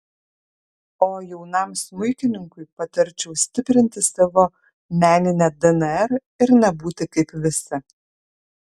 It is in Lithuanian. o jaunam smuikininkui patarčiau stiprinti savo meninę dnr ir nebūti kaip visi